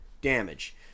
damage